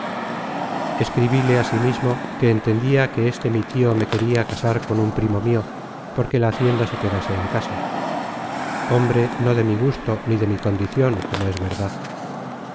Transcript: la iglesia escribíle asimismo que entendia que este mi tio me queria casar con un primo mio porque la hacienda se quedase en casa hombre no de mi gusto ni de mi condicion como es verdad